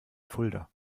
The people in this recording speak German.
fulda